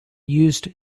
used